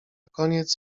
koniec